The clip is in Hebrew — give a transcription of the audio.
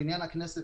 בניין הכנסת,